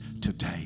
today